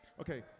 Okay